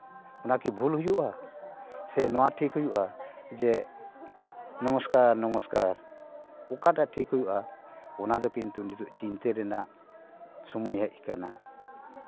ᱚᱱᱟ ᱠᱤ ᱵᱷᱩᱞ ᱦᱩᱭᱩᱜᱼᱟ ᱥᱮ ᱱᱚᱣᱟ ᱴᱷᱤᱠ ᱦᱩᱭᱩᱜᱼᱟ ᱡᱮ ᱱᱚᱢᱚᱥᱠᱟᱨ ᱱᱚᱢᱚᱥᱠᱟᱨ ᱚᱠᱟᱴᱟᱜ ᱴᱷᱤᱠ ᱦᱩᱭᱩᱜᱼᱟ ᱚᱱᱟ ᱫᱚ ᱠᱤᱱᱛᱩ ᱱᱤᱛᱚᱜ ᱪᱤᱱᱛᱟᱹ ᱨᱮᱱᱟᱜ ᱥᱚᱢᱚᱭ ᱦᱮᱡ ᱠᱟᱱᱟ